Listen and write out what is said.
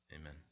Amen